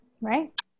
right